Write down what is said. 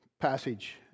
passage